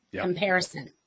comparison